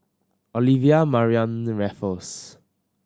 Olivia Mariamne Raffles